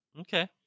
okay